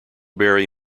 berry